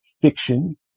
fiction